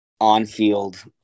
on-field